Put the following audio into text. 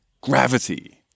gravity